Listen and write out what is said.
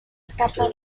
etapa